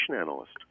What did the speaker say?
analyst